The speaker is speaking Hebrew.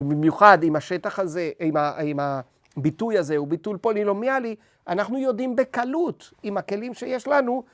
‫במיוחד עם השטח הזה, ‫עם הביטוי הזה וביטול פולינומיאלי, ‫אנחנו יודעים בקלות ‫עם הכלים שיש לנו